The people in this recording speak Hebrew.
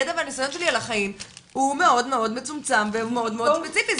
בוודאי הידע והניסיון שלי על החיים הוא מאוד מצומצם ומאוד ספציפי.